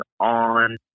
on